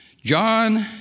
John